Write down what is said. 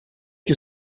que